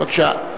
בבקשה.